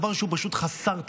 דבר שהוא פשוט חסר תקדים,